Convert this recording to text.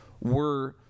we're-